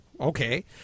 okay